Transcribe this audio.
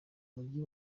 mujyi